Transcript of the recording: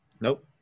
Nope